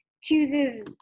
chooses